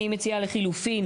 אני מציע לחילופין,